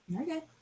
Okay